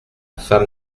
femme